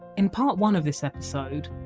in part one of this episode,